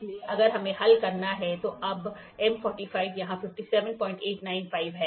इसलिए अगर हमें हल करना है तो अब M 45 यह 57895 है